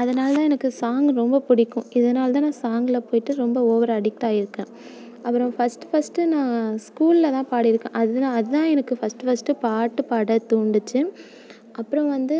அதனால தான் எனக்கு சாங் ரொம்ப பிடிக்கும் இதனால தான் நான் சாங்கில் போயிட்டு ரொம்ப ஓவராக அடிக்ட்டாயிருக்கேன் அப்புறம் ஃபஸ்ட் ஃபஸ்ட்டு நான் ஸ்கூலில் தான் பாடியிருக்கேன் அதுதான் அதான் எனக்கு ஃபஸ்ட் ஃபஸ்ட்டு பாட்டு பாட தூண்டுச்சு அப்புறம் வந்து